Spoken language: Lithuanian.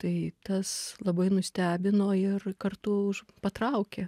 tai tas labai nustebino ir kartu patraukė